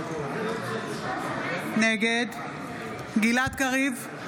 נגד גלעד קריב,